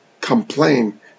complain